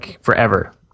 forever